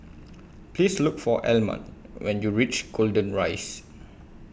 Please Look For Almon when YOU REACH Golden Rise